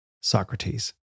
Socrates